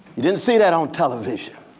you didn't see that on television.